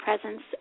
Presence